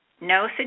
no